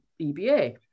EBA